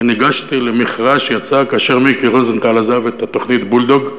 וניגשתי למכרז שיצא כאשר מיקי רוזנטל עזב את התוכנית "בולדוג".